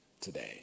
today